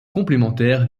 complémentaires